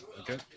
Okay